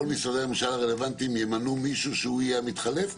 כל משרדי הממשלה הרלוונטיים ימנו מישהו שהוא יהיה המתחלף?